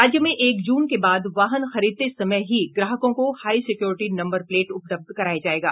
राज्य में एक जून के बाद वाहन खरीदते समय ही ग्राहकों को हाई सिक्योरिटी नम्बर प्लेट उपलब्ध कराया जायेगा